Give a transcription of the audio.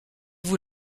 vous